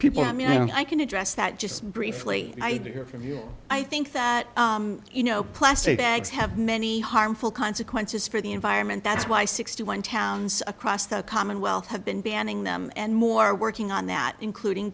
people i mean i can address that just briefly i do hear from you i think that you know plastic bags have many harmful consequences for the environment that's why sixty one towns across the commonwealth have been banning them and more working on that including